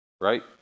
Right